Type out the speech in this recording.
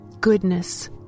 goodness